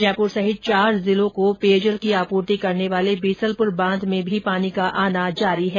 जयपुर सहित चार जिलों को पेयजल की आपूर्ति करने वाले बीसलपुर बांध में पानी की आवक तेजी से हो रही है